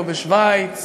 לא בשווייץ